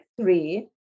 three